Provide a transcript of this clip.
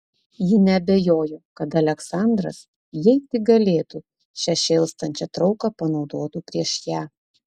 ji neabejojo kad aleksandras jei tik galėtų šią šėlstančią trauką panaudotų prieš ją